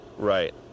Right